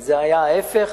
אם זה היה ההיפך,